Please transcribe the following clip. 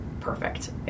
perfect